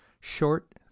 short